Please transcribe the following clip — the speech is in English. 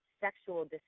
sexual